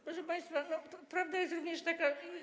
Proszę państwa, prawda jest również taka.